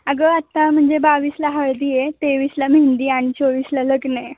अगं आत्ता म्हणजे बावीसला हळदी आहे तेवीसला मेहंदी आणि चोवीसला लग्न आहे